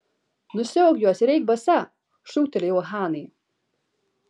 nusiauk juos ir eik basa šūktelėjau hanai